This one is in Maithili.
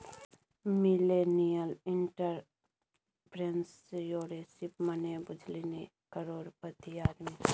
मिलेनियल एंटरप्रेन्योरशिप मने बुझली करोड़पति आदमी